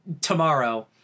tomorrow